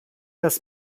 das